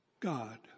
God